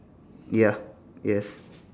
ya yes